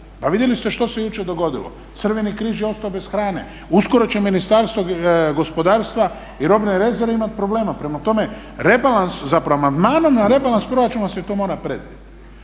Pa vidjeli ste što se jučer dogodilo, Crveni križ je ostao bez hrane, uskoro će Ministarstva gospodarstva i robne rezerve imati problema. Prema tome, amandmanom na rebalans proračuna se to mora predvidjeti.